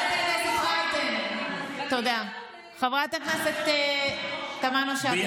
חברת הכנסת פנינה תמנו שטה,